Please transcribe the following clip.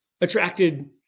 attracted